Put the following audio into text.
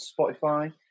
Spotify